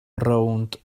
rownd